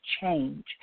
change